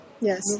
Yes